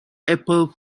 apple